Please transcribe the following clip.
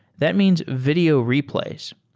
that means video replays.